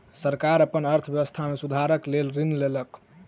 सरकार अपन अर्थव्यवस्था में सुधारक लेल ऋण लेलक